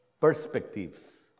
perspectives